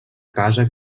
casa